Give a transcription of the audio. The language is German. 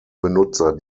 benutzer